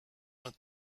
not